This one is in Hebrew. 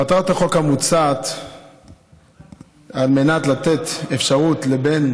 מטרת החוק המוצע: לתת לבן